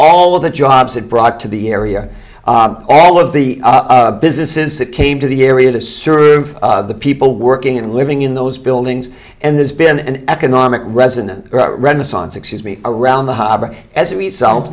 all of the jobs that brought to the area all of the businesses that came to the area to serve the people working and living in those buildings and there's been an economic resonance renaissance excuse me around the harbor as a result